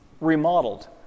remodeled